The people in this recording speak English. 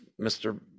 Mr